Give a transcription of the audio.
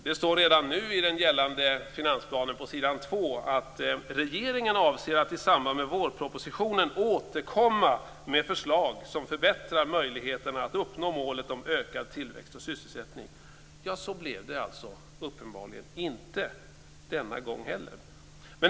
Det står redan på andra sidan i den nu gällande finansplanen att regeringen "avser att i samband med 1999 års ekonomiska vårproposition återkomma med förslag som förbättrar möjligheten att uppnå målet" om ökad tillväxt och sysselsättning. Så blev det uppenbarligen inte - denna gång heller.